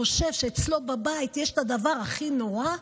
שאצלו בבית יש את הדבר הכי נורא,